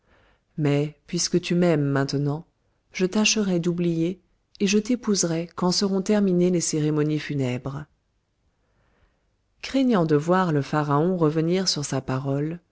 mais puisque tu m'aimes maintenant je tâcherai d'oublier et je t'épouserai quand seront terminées les cérémonies funèbres craignant de voir le pharaon revenir sur sa parole